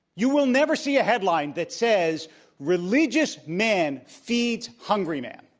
you will never see a headline that says religious man feeds hungry man.